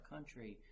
country